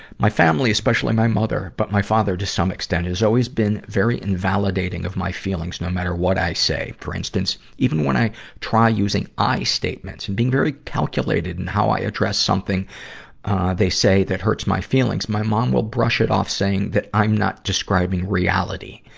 my family, especially my mother, but my father to some extent, has always been very invalidating of my feelings, no matter what i say. for instance, even when i try using i statements and being very calculate in how i address something they say that hurts my feelings, my mom will brush it off, saying that i'm not describing reality.